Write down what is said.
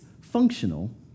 functional